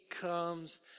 comes